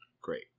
Great